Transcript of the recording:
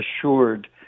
assured